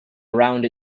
around